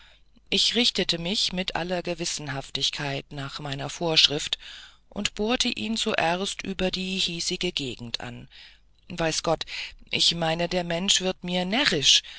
ich richtete mich mit aller gewissenhaftigkeit nach meiner vorschrift und bohrte ihn zuerst über die hiesige gegend an weiß gott ich meine der mensch wird mir närrisch